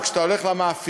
או כשאתה הולך למאפיה,